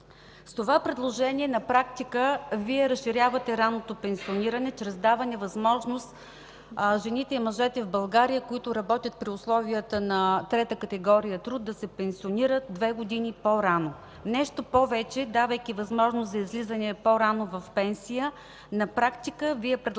С това предложение на практика Вие разширявате ранното пенсиониране чрез даване възможност жените и мъжете в България, които работят при условията на трета категория труд, да се пенсионират две години по-рано. Нещо повече, давайки възможност за излизане по-рано в пенсия, практически предлагате